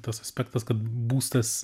tas aspektas kad būstas